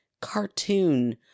cartoon